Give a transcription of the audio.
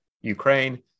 Ukraine